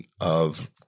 of-